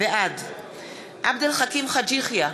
בעד עבד אל חכים חאג' יחיא,